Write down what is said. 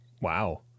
Wow